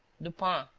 lupin,